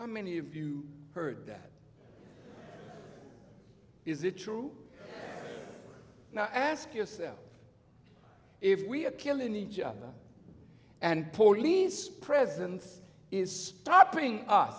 how many of you heard that is it true now ask yourself if we are killing each other and police presence is stopping u